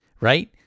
right